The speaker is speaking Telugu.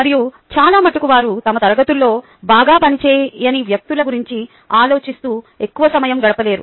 మరియు చాలా మటుకు వారు తమ తరగతుల్లో బాగా పని చేయని వ్యక్తుల గురించి ఆలోచిస్తూ ఎక్కువ సమయం గడపలేరు